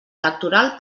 electoral